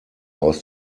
aus